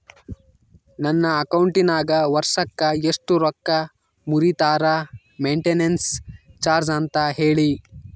ನನ್ನ ಅಕೌಂಟಿನಾಗ ವರ್ಷಕ್ಕ ಎಷ್ಟು ರೊಕ್ಕ ಮುರಿತಾರ ಮೆಂಟೇನೆನ್ಸ್ ಚಾರ್ಜ್ ಅಂತ ಹೇಳಿ?